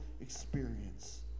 experience